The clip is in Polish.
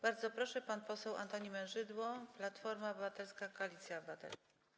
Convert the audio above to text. Bardzo proszę, pan poseł Antoni Mężydło, Platforma Obywatelska - Koalicja Obywatelska.